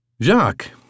Jacques